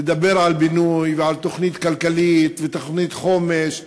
לדבר על בינוי ועל תוכנית כלכלית ותוכנית חומש,